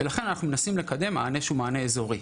אז לכן אנחנו מנסים לקדם מענה שהוא אזורי.